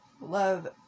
Love